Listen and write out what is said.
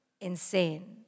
insane